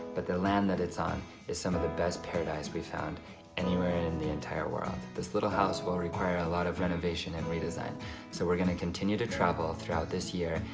but the land that it's on is some of the best paradise we've found anywhere in the entire world. this little house will require a lot of renovation and redesign so we're going to continue to travel through out this year.